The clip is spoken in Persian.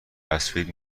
تصویر